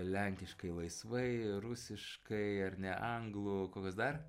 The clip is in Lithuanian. lenkiškai laisvai rusiškai ar ne anglų kokios dar